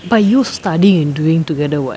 but you studying and doing together [what]